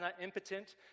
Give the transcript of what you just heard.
impotent